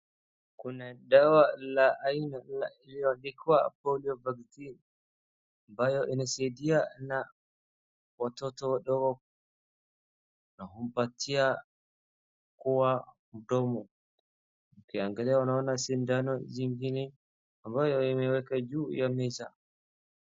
Kuna dawa la aina iliyoandikwa polio vaccine ambayo inasaidia na watoto wadogo na umpatia kwa mdomo. Ukiangalia unaona sindano zingine ambayo imewekwa juu ya meza.